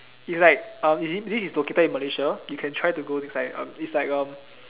is like uh this is this is located in Malaysia you can try to go it's like uh it's like a